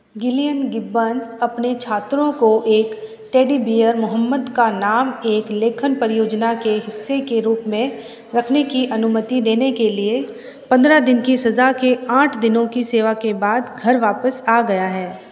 Gillian Gibbons अपने छात्रों को एक टेडी बियर मुहम्मद का नाम एक लेखन परियोजना के हिस्से के रूप में रखने की अनुमति देने के लिए पन्द्रह दिन की सज़ा के आठ दिनों की सेवा के बाद घर वापस आ गया है